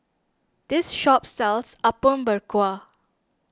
this shop sells Apom Berkuah